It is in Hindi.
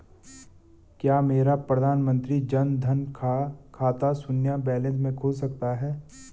क्या मेरा प्रधानमंत्री जन धन का खाता शून्य बैलेंस से खुल सकता है?